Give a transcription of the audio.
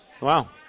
Wow